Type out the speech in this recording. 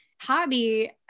Hobby